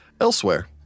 Elsewhere